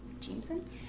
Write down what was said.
Jameson